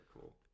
cool